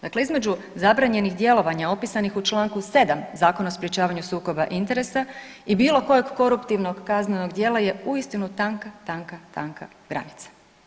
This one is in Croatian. Dakle između zabranjenih djelovanja opisanih u čl. 7 Zakona o sprječavanju sukoba interesa i bilo kojeg koruptivnog kaznenog djela je uistinu tanka, tanka, tanka granica.